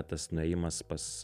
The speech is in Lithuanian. tas nuėjimas pas